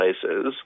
places